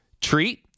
Treat